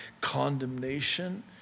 condemnation